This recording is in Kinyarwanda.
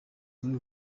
muri